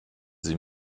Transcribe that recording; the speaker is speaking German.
sie